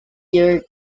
year